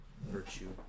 virtue